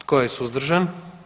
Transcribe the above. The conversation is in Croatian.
Tko je suzdržan?